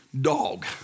dog